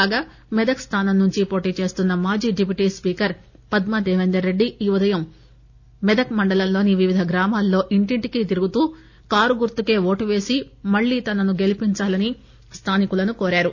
కాగా మెదక్ స్టానం నుండి పోటీ చేస్తున్న మాజీ డిప్యూటి స్పీకర్ పద్మా దేపేందర్రెడ్డి ఈ ఉదయం మెదక్ మండలంలో ని వివిధ గ్రామాల్లో ఇంటింటికి తిరుగుతూ కారు గుర్తుకే ఓటు వేసి మరలా తనను గెలిపిందాలని స్టానికులను కోరారు